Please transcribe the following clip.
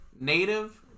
Native